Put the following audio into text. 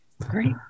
Great